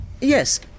Yes